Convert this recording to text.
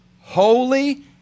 holy